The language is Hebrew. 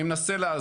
אני מנסה להסביר.